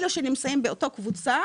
אלו שנמצאים באותה קבוצה,